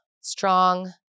strong